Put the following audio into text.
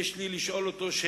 יש לי שאלה לשאול אותו,